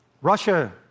Russia